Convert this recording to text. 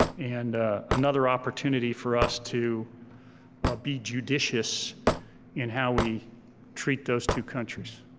and another opportunity for us to be judicious in how we treat those two countries.